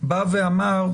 בא ואמר,